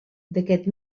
d’aquest